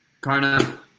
Karna